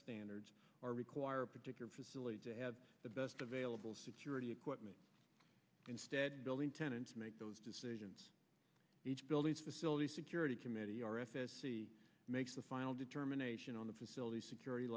standards or require a particular facility to have the best available security equipment instead building tenants make those decisions each building's facility security committee or fs he makes the final determination on the facilities security